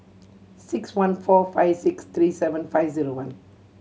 six one four five six three seven five zero one